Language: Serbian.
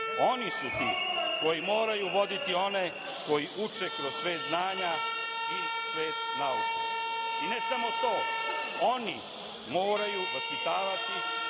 Oni su ti koji moraju voditi one koji uče kroz svet znanja i svet nauke i ne samo to, oni moraju vaspitavati